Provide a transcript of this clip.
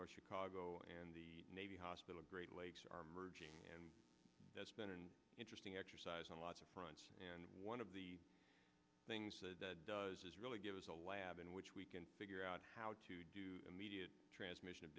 north chicago and the navy hospital great lakes are merging and that's been an interesting exercise on lots of fronts and one of the things that does is really give us a lab in which we can figure out how to do immediate transmission of